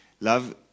Love